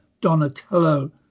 Donatello